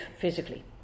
physically